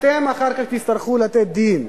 אתם אחר כך תצטרכו לתת דין.